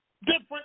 different